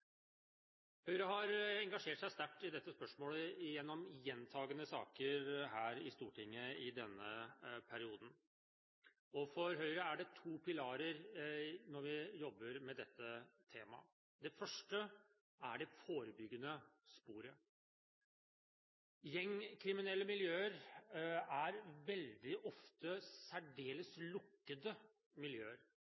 Høyre har engasjert seg sterkt i dette spørsmålet gjennom gjentagende saker her i Stortinget i denne perioden. For Høyre er det to pilarer når vi jobber med dette temaet. Det første er det forebyggende sporet. Gjengkriminelle miljøer er veldig ofte særdeles